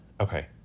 Okay